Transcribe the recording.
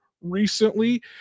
recently